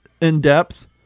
in-depth